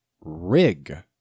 rig